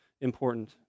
important